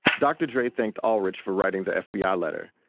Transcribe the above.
dr. dre thanked ahlerich for writing the fbi ah letter.